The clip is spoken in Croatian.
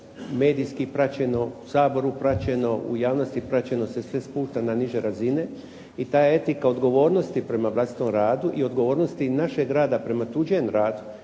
medijski praćeno, u Saboru praćeno, u javnosti praćeno sve spušta na niže razine. I ta etika odgovornosti prema vlastitu radu i odgovornosti našeg rada prema tuđem radu.